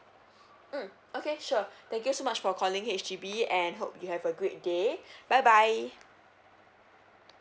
mm okay sure thank you so much for calling H_D_B and hope you have a great day bye bye